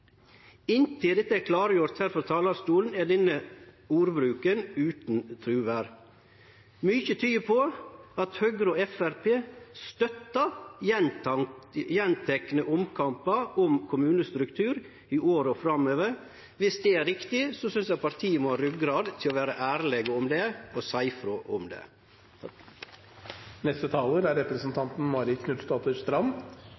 Inntil dette er klargjort frå talarstolen, er denne ordbruken utan truverd. Mykje tyder på at Høgre og Framstegspartiet støttar gjentekne omkampar om kommunestruktur i åra framover. Viss det er riktig, synest eg partiet må ha ryggrad til å vere ærlege om det og seie frå om det. Uforutsigbarhet har vært et tema i debatten. Senterpartiet er